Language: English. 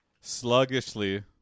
sluggishly